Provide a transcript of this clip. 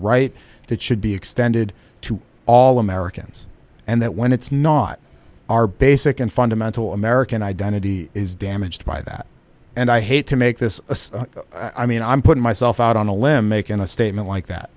right to choose be extended to all americans and that when it's not our basic and fundamental american identity is damaged by that and i hate to make this i mean i'm putting myself out on a limb making a statement like that